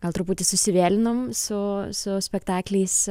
gal truputį susivėlinom su su spektakliais